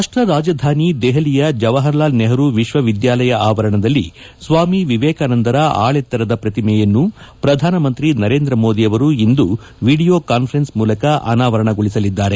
ರಾಷ್ಲ ರಾಜಧಾನಿ ದೆಹಲಿಯ ಜವಹರಲಾಲ್ ನೆಹರೂ ವಿಶ್ವವಿದ್ಯಾಲಯ ಆವರಣದಲ್ಲಿ ಸ್ವಾಮಿ ವಿವೇಕಾನಂದರ ಆಳೆತ್ತರದ ಪ್ರತಿಮೆಯನ್ನು ಪ್ರಧಾನಮಂತ್ರಿ ನರೇಂದ್ರ ಮೋದಿ ಇಂದು ವಿಡಿಯೋ ಕಾನ್ವರೆನ್ಸ್ ಮೂಲಕ ಅನಾವರಣಗೊಳಿಸಲಿದ್ದಾರೆ